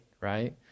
right